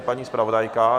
Paní zpravodajka?